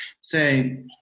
say